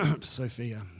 Sophia